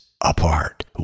apart